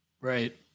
Right